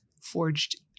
forged